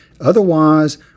Otherwise